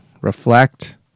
reflect